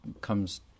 comes